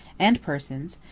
and persons,